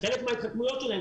חלק מההתחכמויות שלהם,